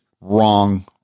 wrong